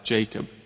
Jacob